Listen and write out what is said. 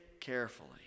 carefully